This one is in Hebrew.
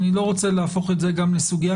אני לא רוצה להפוך את זה גם לסוגיה,